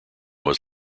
was